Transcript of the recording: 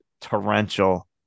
torrential